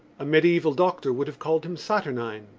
a mediaeval doctor would have called him saturnine.